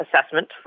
assessment